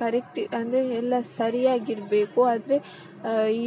correct ಅಂದರೆ ಎಲ್ಲ ಸರಿಯಾಗಿರಬೇಕು ಆದರೆ